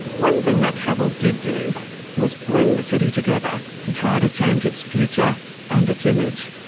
one thing that trouble did do was bring the city together to try to change its future and its image,